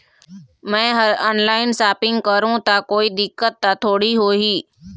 मैं हर online shopping करू ता कोई दिक्कत त थोड़ी होही?